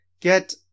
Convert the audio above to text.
get